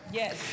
yes